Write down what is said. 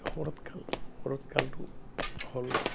শৰৎকাল শৰৎকালটো হ'ল